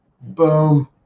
boom